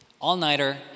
All-nighter